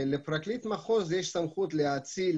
לפרקליט מחוז יש סמכות להאציל